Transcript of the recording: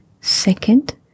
second